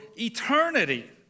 eternity